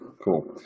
cool